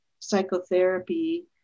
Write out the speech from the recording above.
psychotherapy